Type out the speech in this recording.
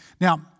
Now